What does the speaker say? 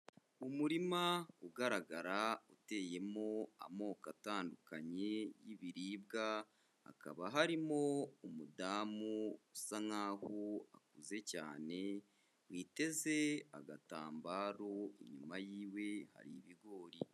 Umurima ugaragara uteyemo amoko atandukanye y'ibiribwa, hakaba harimo umudamu usa nkaho akuze cyane witeze agatambaro, inyuma yiwe hari ibigori.